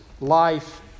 life